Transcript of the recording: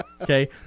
okay